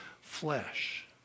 flesh